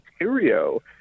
Ontario